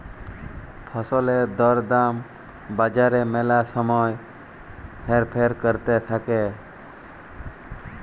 ফসলের দর দাম বাজারে ম্যালা সময় হেরফের ক্যরতে থাক্যে